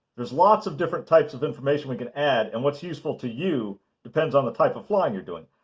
there's lots of different types of information we can add and what's useful to you depends on the type of flying you're doing.